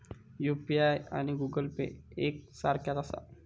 UPI आणि Google Pay एक सारख्याच आसा?